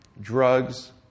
drugs